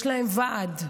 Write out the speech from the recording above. יש להם ועד.